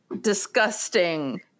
disgusting